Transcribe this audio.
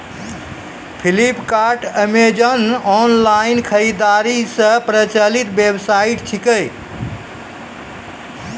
Flipkart Amazon online खरीदारी रो प्रचलित वेबसाइट छिकै